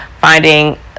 finding